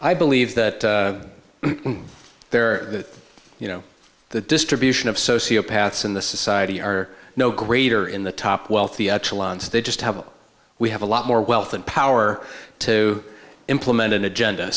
i believe that there you know the distribution of sociopath's in the society are no greater in the top wealthy they just have we have a lot more wealth and power to implement an agenda